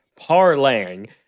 parlaying